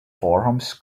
forums